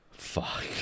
Fuck